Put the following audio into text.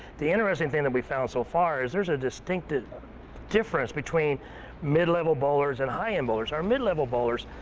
the interesting thing that we found so far is there is a distinctive difference between mid-level bowlers and high-end bowlers. our mid-level bowlers,